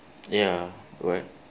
ya right